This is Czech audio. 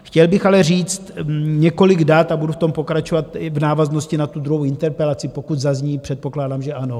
Chtěl bych ale říct několik dat a budu v tom pokračovat i v návaznosti na tu druhou interpelaci, pokud zazní předpokládám, že ano.